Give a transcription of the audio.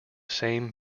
same